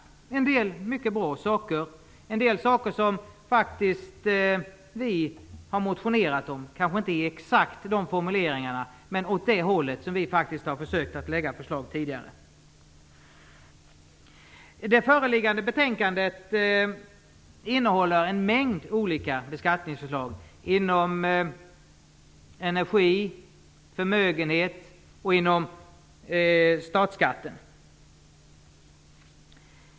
En del av det som kommer är mycket bra saker, saker som vi i Vänsterpartiet faktiskt har motionerat om, kanske inte med exakt samma formuleringar, men vi har försökt lägga förslag åt det hållet tidigare. Det föreliggande betänkandet innehåller en mängd olika beskattningsförslag som gäller energi, förmögenhet och statsskatt.